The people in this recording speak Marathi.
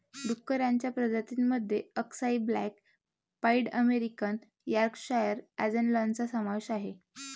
डुक्करांच्या प्रजातीं मध्ये अक्साई ब्लॅक पाईड अमेरिकन यॉर्कशायर अँजेलॉनचा समावेश आहे